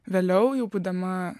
vėliau jau būdama